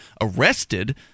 arrested